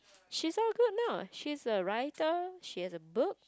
she's all good now she's a writer she has a book